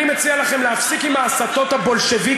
אני מציע לכם להפסיק עם ההסתות הבולשביקיות